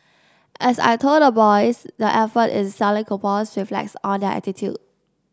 as I told the boys their effort in selling coupons reflects on their attitude